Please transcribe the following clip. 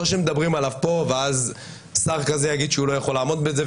לא שמדברים עליו פה ואז שר כזה יגיד שהוא לא יכול לעמוד בזה,